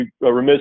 remiss